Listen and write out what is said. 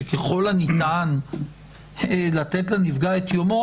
שככל הנטען לתת לנפגע את יומו?